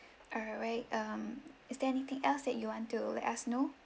alright um is there anything else that you want to let us know